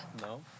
No